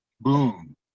Boom